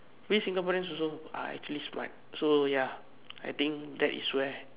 we Singaporeans also are actually smart so ya I think that is where